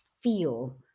feel